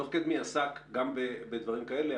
דוח קדמי עסק גם בדברים כאלה,